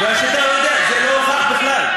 והשיטה, זה לא הוכח בכלל.